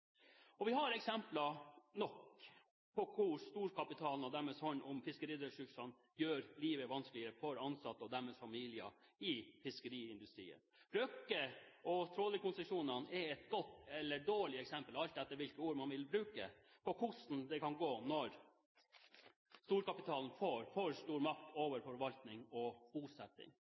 Vi har eksempler nok på hvordan storkapitalen og deres hånd om fiskeriressursene gjør livet vanskelig for ansatte i fiskeriindustrien og deres familier. Røkke og trålerkonsesjonene er et godt eller et dårlig eksempel – alt ettersom hvilke ord man vil bruke – på hvordan det kan gå når storkapitalen får for stor makt over forvaltning og bosetting.